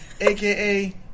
aka